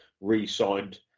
re-signed